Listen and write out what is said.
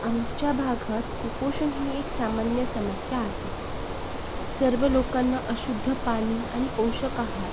आमच्या भागात कुपोषण ही एक सामान्य समस्या आहे सर्व लोकांना अशुद्ध पाणी आणि पोषक आहार